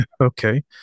okay